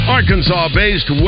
Arkansas-based